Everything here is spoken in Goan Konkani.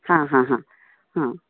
हां हां हां हां